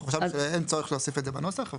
אנחנו חשבנו שאין צורך להוסיף את זה בנוסח.